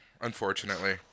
unfortunately